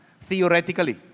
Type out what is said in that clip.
theoretically